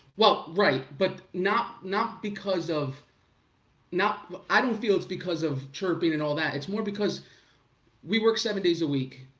well, right, but not not because of i don't feel it's because of chirping and all that. it's more because we work seven days a week.